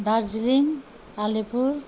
Darjeeling Alipur